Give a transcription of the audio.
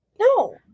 No